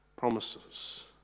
promises